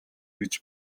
гэж